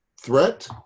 threat